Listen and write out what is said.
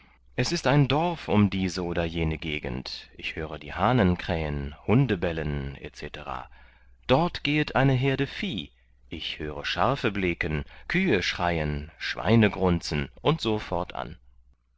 es ist ein dorf um diese oder jene gegend ich höre die hahnen krähen hunde bellen etc dort gehet eine herde vieh ich höre schafe bleken kühe schreien schweine grunzen und